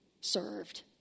served